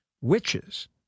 witches